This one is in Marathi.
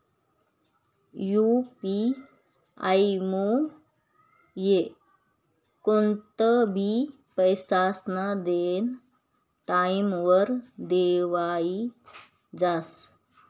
यु.पी आयमुये कोणतंबी पैसास्नं देनं टाईमवर देवाई जास